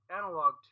analog